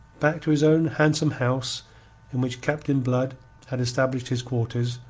back to his own handsome house in which captain blood had established his quarters,